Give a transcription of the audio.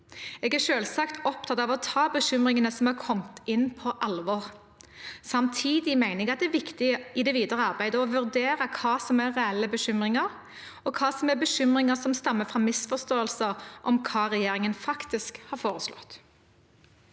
Jeg er selvsagt opptatt av å ta bekymringene som har kommet inn, på alvor. Samtidig mener jeg at det i det vi dere arbeidet er viktig å vurdere hva som er reelle bekymringer, og hva som er bekymringer som stammer fra misforståelser om hva regjeringen faktisk har foreslått.